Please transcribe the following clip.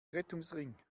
rettungsring